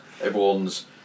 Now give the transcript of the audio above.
everyone's